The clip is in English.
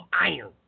iron